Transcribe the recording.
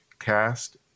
cast